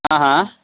आ हा